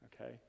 okay